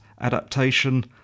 adaptation